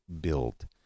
build